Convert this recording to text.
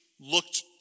looked